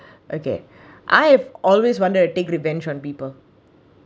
okay I've always wanted to take revenge on people